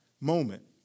moment